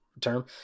term